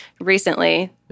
recently